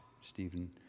Stephen